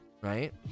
right